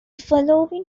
following